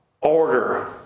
order